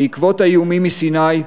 בעקבות האיומים מסיני,